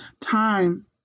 time